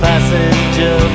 Passenger